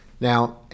now